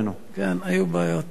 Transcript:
כן, היו בעיות, נכון.